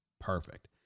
Perfect